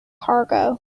cargo